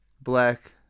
black